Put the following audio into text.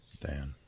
Dan